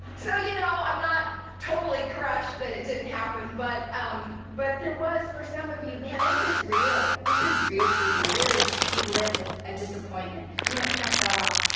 so, you know, i'm not totally crushed that it didn't happen, but um but there was for some of you, man this is real. this is real for you. there is, you live a ah disappointment. you might check that off.